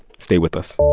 stay with us